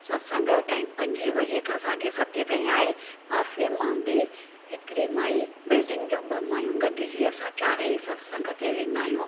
सत्संग जो टाइम पंजे बजे खां साढे सते ताईं आहे पासे मां बि हिकिड़ी माई बिल्डिंग जो ॿ माइयूं गॾिजी असां चारई सत्संग ते वेंदा आहियूं